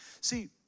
See